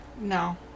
No